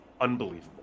unbelievable